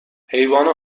حیوان